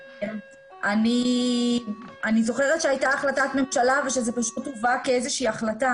אני זוכרת שהייתה החלטת ממשלה וזה פשוט הובא כאיזושהי החלטה,